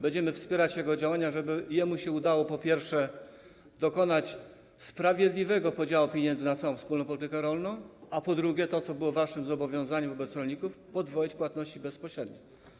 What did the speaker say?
Będziemy wspierać jego działania, żeby udało się mu, po pierwsze, dokonać sprawiedliwego podziału pieniędzy na całą wspólną politykę rolną, a po drugie - to było waszym zobowiązaniem wobec rolników - podwoić płatności bezpośrednie.